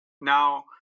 Now